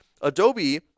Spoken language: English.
Adobe